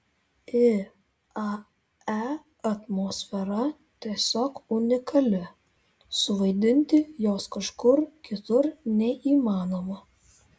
iae atmosfera tiesiog unikali suvaidinti jos kažkur kitur neįmanoma